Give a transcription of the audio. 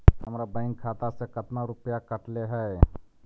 हमरा बैंक खाता से कतना रूपैया कटले है?